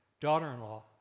daughter-in-law